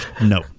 no